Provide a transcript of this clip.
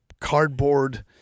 cardboard